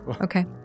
Okay